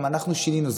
גם אנחנו שינינו,